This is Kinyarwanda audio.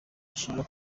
ashinjwa